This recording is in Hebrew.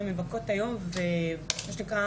ומבכות היום ומה שנקרא